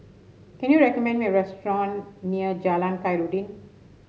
can you recommend me a restaurant near Jalan Khairuddin